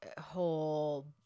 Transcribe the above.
whole